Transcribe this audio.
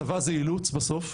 צבא זה אילוץ בסוף,